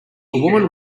woman